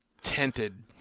Tented